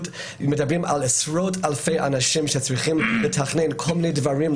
מדברים על עשרות אלפי אנשים שצריכים לתכנן כל מיני דברים,